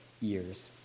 years